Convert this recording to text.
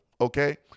okay